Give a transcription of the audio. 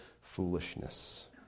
foolishness